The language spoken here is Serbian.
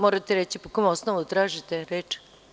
Morate reći po kom osnovu tražite reč?